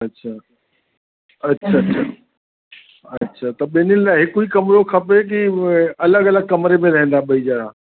अछा अछा अछा त ॿिन्हिनि लाइ हिकु ई कमरो खपे की अलॻि अलॻि कमरे में रहंदा ॿई ॼणा